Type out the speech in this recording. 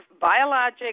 biologic